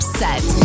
set